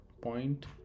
point